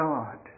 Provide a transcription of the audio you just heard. God